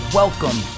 welcome